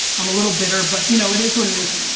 i'm a little bitter, but you know, it is what it is.